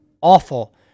awful